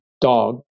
dog